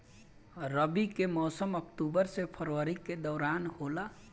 रबी के मौसम अक्टूबर से फरवरी के दौरान होला